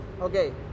Okay